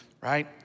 right